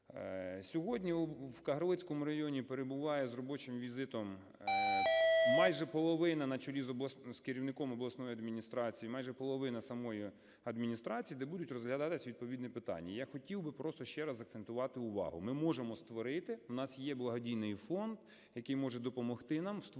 Сьогодні в Кагарлицькому районі перебуває з робочим візитом майже половина на чолі з керівником обласної адміністрації, майже половина самої адміністрації, де будуть розглядатись відповідні питання. Я хотів би просто ще раз закцентувати увагу, ми можемо створити, у нас є благодійний фонд, який може допомогти нам в створенні